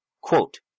Quote